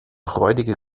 räudige